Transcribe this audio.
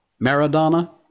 Maradona